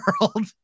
world